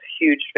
huge